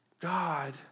God